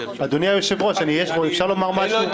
אדוני היושב-ראש, אפשר לומר משהו?